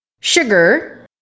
sugar